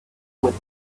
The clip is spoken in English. with